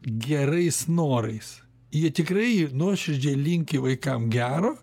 gerais norais jie tikrai nuoširdžiai linki vaikam gero